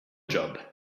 job